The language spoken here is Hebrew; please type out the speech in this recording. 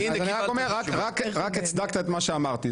רק הצדקת את מה שאמרתי.